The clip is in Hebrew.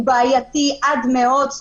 הוא בעייתי עד מאוד.